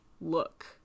look